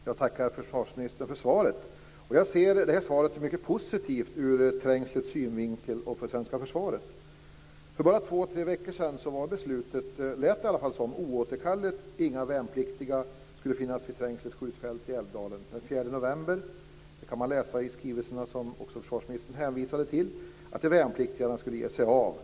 Fru talman! Jag tackar försvarsministern för svaret. Jag ser i det här svaret mycket som är positivt ur Trängslets synvinkel och för det svenska försvaret. För bara två tre veckor sedan lät det som om beslutet var oåterkalleligt. Inga värnpliktiga skulle finnas vid Trängslets skjutfält i Älvdalen. Den 4 november, det kan man läsa i skrivelserna som också försvarsministern hänvisade till, skulle de värnpliktiga ge sig av.